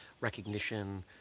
recognition